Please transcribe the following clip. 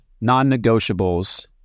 non-negotiables